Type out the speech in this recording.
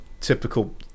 Typical